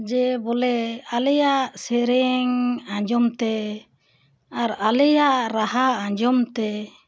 ᱡᱮ ᱵᱚᱞᱮ ᱟᱞᱮᱭᱟᱜ ᱥᱮᱨᱮᱧ ᱟᱸᱡᱚᱢ ᱛᱮ ᱟᱨ ᱟᱞᱮᱭᱟᱜ ᱨᱟᱦᱟ ᱟᱸᱡᱚᱢ ᱛᱮ